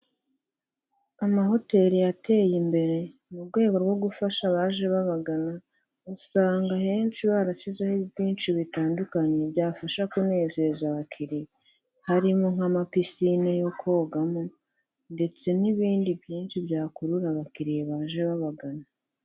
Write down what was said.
Amahoteli yateye imbere, mu rwego rwo gufasha abaje babagana, usanga ahenshi barashyizeho byinshi bitandukanye byabafasha kunezeza abakiriya. Harimo nk'amapisine yo kogeramo, ndetse n'ibindi byinshi byakurura abakiliya baje babagana.